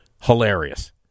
hilarious